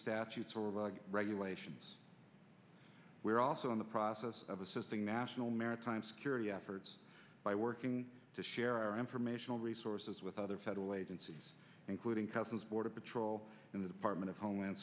statutes or regulations were also in the process of assisting national maritime security efforts by working to share our informational resources with other federal agencies including customs border patrol in the department of homeland